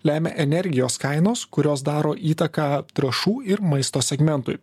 lemia energijos kainos kurios daro įtaką trąšų ir maisto segmentui